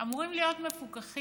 אמורים להיות מפוקחים